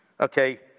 Okay